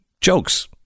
Jokes